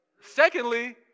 Secondly